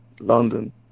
London